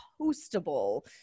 postable